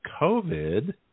COVID